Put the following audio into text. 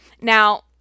Now